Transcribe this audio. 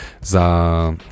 za